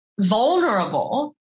vulnerable